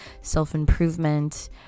self-improvement